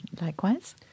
Likewise